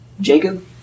Jacob